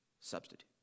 substitute